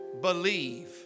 believe